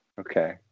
Okay